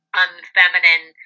unfeminine